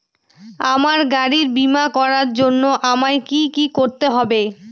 আমার গাড়ির বীমা করার জন্য আমায় কি কী করতে হবে?